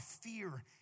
fear